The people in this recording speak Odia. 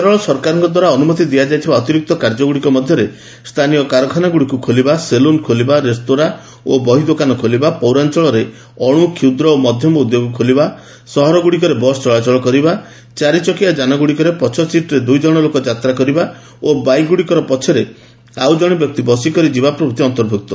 କେରଳ ସରକାରଙ୍କ ଦ୍ୱାରା ଅନୁମତି ଦିଆଯାଇଥିବା ଅତିରିକ୍ତ କାର୍ଯ୍ୟଗୁଡ଼ିକ ମଧ୍ୟରେ ସ୍ଥାନୀୟ କାରଖାନାଗୁଡ଼ିକୁ ଖୋଲିବା ସେଲୁନ ଖୋଲିବା ରେସ୍ତୋରାଁ ଓ ବହିଦୋକାନ ଖୋଲିବା ପୌରାଞ୍ଚଳରେ ଅଣୁ କ୍ଷୁଦ୍ର ଓ ମଧ୍ୟମ ଉଦ୍ୟୋଗ ଖୋଲିବା ସହରଗୁଡ଼ିକରେ ବସ ଚଳାଚଳ କରିବା ଚାରିଚକିଆ ଯାନଗୁଡ଼ିକର ପଛ ସିଟ୍ରେ ଦୁଇଜଣ ଲୋକ ଯାତ୍ରା କରିବା ଓ ବାଇକ୍ଗୁଡ଼ିକର ପଛରେ ଆଉଜଣେ ବ୍ୟକ୍ତି ବସିକରି ଯିବା ପ୍ରଭୃତି ଅନ୍ତର୍ଭୁକ୍ତ